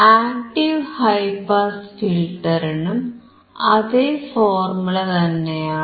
active high pass ഫിൽറ്ററിനും അതേ ഫോർമുലതന്നെയാണ്